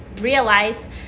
realize